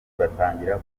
batangira